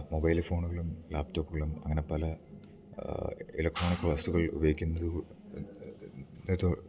mobile ഫോണുകളും ലാപ്ടോപ്പുകളും അങ്ങനെ പല ഇലക്ട്രോണിക് വസ്തുക്കൾ ഉപയോഗിക്കുന്നത്